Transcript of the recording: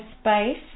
space